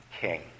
king